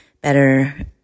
better